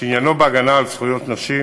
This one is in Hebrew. שעניינו בהגנה על זכויות נשים